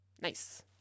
Nice